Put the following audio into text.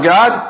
God